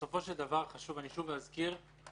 בסופו של דבר חשוב לזכור ואני שוב אזכיר שהקנסות